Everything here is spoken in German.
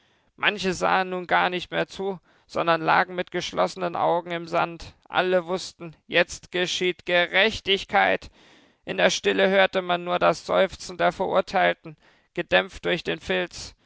manche sahen nun gar nicht mehr zu sondern lagen mit geschlossenen augen im sand alle wußten jetzt geschieht gerechtigkeit in der stille hörte man nur das seufzen des verurteilten gedämpft durch den filz